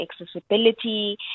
accessibility